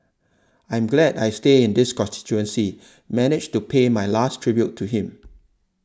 I'm glad I stay in this managed to pay my last tribute to him